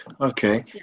okay